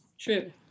True